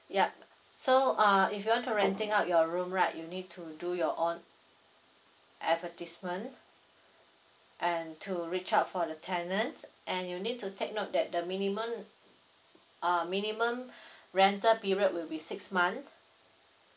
yup so uh if you want to renting out your room right you need to do your own advertisement and to reach out for the tenant and you need to take note that the minimum uh minimum rental period will be six month